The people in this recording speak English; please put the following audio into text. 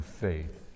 faith